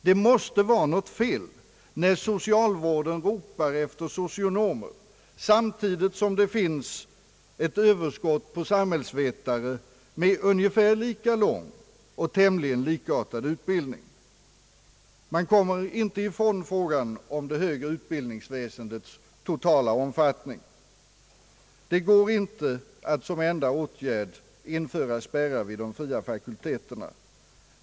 Det måste vara något fel när socialvården ropar efter socionomer samtidigt som det finns ett överskott på samhällsvetare med ungefär lika lång och tämligen likartad utbildning. Man kommer inte ifrån frågan om det högre utbildningsväsendets totala omfattning. Det går inte att som enda åtgärd införa spärrar vid de fria fakulteterna.